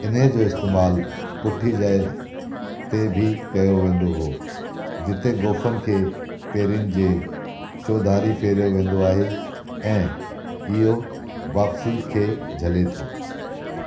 इन्हीअ जो इस्तेमालु पुठी जाइ ते बि कयो वेंदो हो जिते गोफन खे पेरनि जे चौधारी फेरियो वेंदो आहे ऐं इहो वापसी खे झले थो